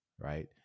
Right